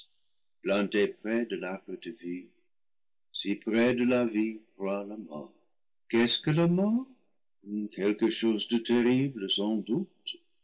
de l'arbre de vie si près de la vie croît la mort qu'est-ce que la mort quelque chose de terrible sans doute